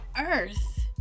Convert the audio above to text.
earth